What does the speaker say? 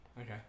Okay